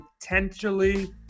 potentially